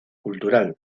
cultural